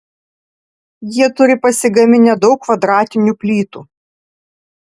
jie turi pasigaminę daug kvadratinių plytų